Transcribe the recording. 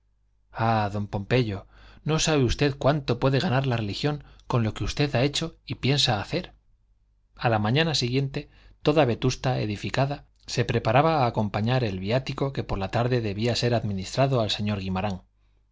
ah don pompeyo no sabe usted cuánto puede ganar la religión con lo que usted ha hecho y piensa hacer a la mañana siguiente toda vetusta edificada se preparaba a acompañar el viático que por la tarde debía ser administrado al señor guimarán